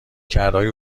کردههای